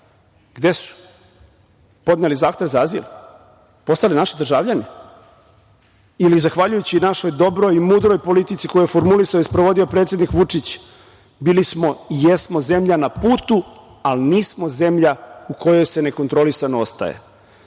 Gde su? Podneli zahtev za azil? Postali naši državljani ili zahvaljujući našoj dobroj, mudroj politici koju je formulisao i sprovodio predsednik Vučić, bili smo i jesmo zemlja na putu, ali nismo zemlja u kojoj se nekontrolisano ostaje. Neko